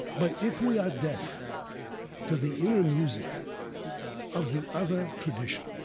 but if we are deaf to the inner music of the other tradition,